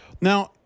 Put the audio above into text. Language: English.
Now